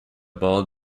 ball